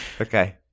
okay